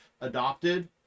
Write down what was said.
adopted